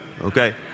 okay